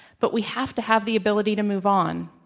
but we have to have the ability to move on.